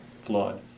flawed